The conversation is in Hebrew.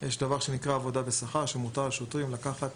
-- יש דבר שנקרא עבודה בשכר שמותר לשוטרים לקחת